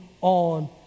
on